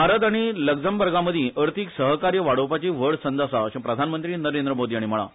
भारत आनी लग्जमबर्गामदी अर्थिक सहकार्य वाडोवपाची व्हड संद आसा अशे प्रधानमंत्री नरेंद्र मोदी हाणी म्हळां